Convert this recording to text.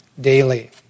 daily